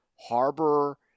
harbor